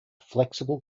flexible